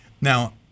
Now